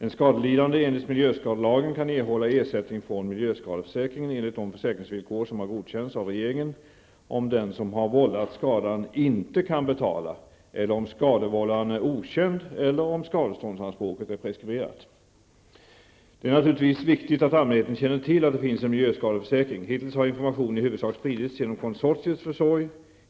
En skadelidande enligt miljöskadelagen kan erhålla ersättning från miljöskadeförsäkringen enligt de försäkringsvillkor som har godkänts av regeringen, om den som har vållat skadan inte kan betala eller om skadevållaren är okänd eller om skadeståndsanspråket är preskriberat. Det är naturligtvis viktigt att allmänheten känner till att det finns en miljöskadeförsäkring. Hittiills har information i huvudsak spridits genom konsortiets försorg.